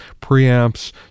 preamps